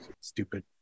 stupid